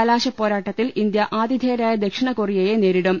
കലാ ശപോരാട്ടത്തിൽ ഇന്ത്യ ആതിഥേയരായ ദക്ഷിണ കൊറിയയെ നേരിടും